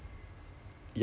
your lunch